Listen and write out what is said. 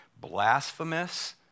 blasphemous